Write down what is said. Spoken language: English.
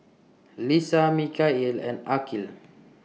Lisa Mikhail and Aqil